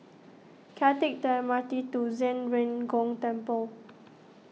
can I take the M R T to Zhen Ren Gong Temple